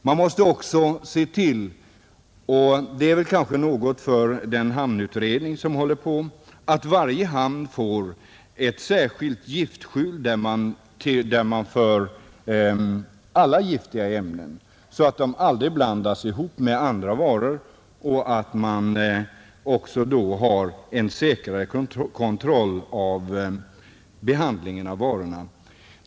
Man måste också se till — det är kanske något för den hamnutredning som håller på att arbeta — att varje hamn får ett särskilt giftskjul, där man har alla giftämnen, så att dessa aldrig blandas ihop med andra varor. Då får man också en säkrare kontroll av behandlingen av varorna.